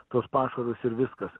tuos pašarus ir viskas